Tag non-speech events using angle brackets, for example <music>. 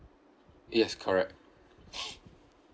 yes correct <breath>